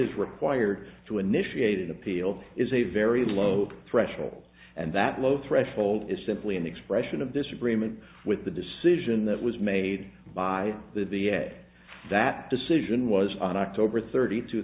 is required to initiate an appeal is a very low threshold and that low threshold is simply an expression of disagreement with the decision that was made by the v a that decision was on october thirty two